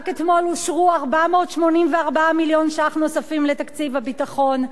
רק אתמול אושרו 484 מיליון ש"ח נוספים לתקציב הביטחון.